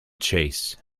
chase